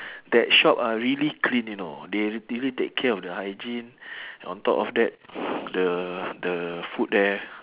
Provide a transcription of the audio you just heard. that shop ah really clean you know they really take care of the hygiene on top of that the the food there